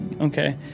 okay